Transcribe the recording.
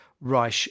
Reich